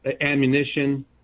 ammunition